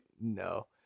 no